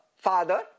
Father